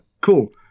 cool